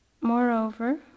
Moreover